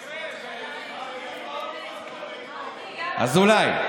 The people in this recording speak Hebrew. האם, אזולאי,